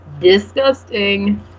Disgusting